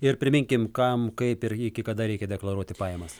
ir priminkim kam kaip ir iki kada reikia deklaruoti pajamas